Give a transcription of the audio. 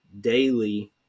daily